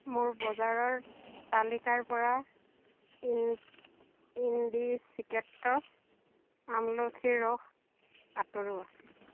মোৰ বজাৰৰ তালিকাৰ পৰা ইন ইণ্ডিচিক্ৰেট্ৰছ আমলখিৰ ৰস আঁতৰোৱা